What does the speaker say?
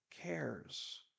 cares